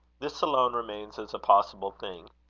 this alone remains as a possible thing.